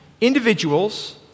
individuals